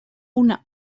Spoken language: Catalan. una